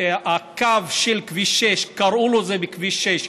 הקו של כביש 6, קראו לו, זה כביש 6,